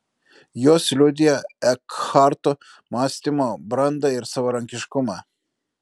jos liudija ekharto mąstymo brandą ir savarankiškumą